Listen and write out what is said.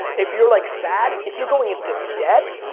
if you're like sad, if you're going into debt,